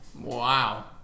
Wow